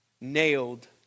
nailed